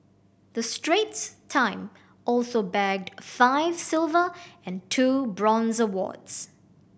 the Straits Time also bagged five silver and two bronze awards